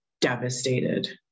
devastated